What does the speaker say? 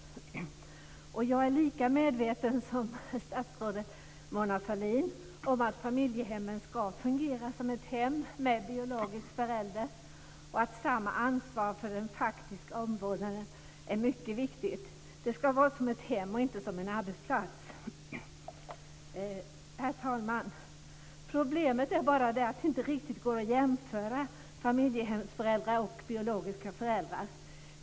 Jag är lika medveten som statsrådet Mona Sahlin om att familjehemmen ska fungera som ett hem med biologiska föräldrar och att samma ansvar för den faktiska omvårdnaden är mycket viktig. Det ska vara som ett hem och inte som en arbetsplats. Herr talman! Problemet är bara att det inte riktigt går att jämföra familjehemsföräldrar och biologiska föräldrar.